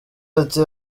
ati